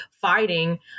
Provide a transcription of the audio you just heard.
fighting